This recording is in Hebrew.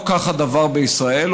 לא כך הדבר בישראל,